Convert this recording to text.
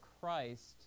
Christ